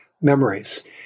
memories